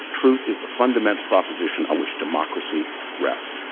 truth is the fundamental proposition on which democracy rests.